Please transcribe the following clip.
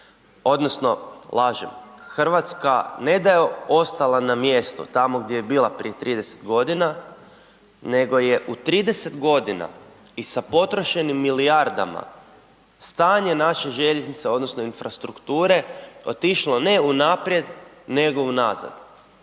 odnosno lažem, Hrvatska ne da je ostala na mjestu, tamo gdje je bila prije 30 godina nego je u 30 godina i sa potrošenim milijardama stanje naše željeznice odnosno infrastrukture otišlo ne u naprijed nego u nazad.